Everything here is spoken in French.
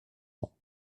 ans